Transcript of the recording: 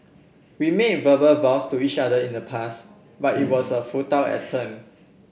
we made verbal vows to each other in the past but it was a futile